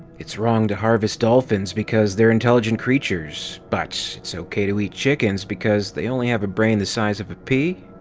it's wrong to harvest dolphins because they're intelligent creatures creatures but it's okay to eat chickens because they only have a brain the size of a pea?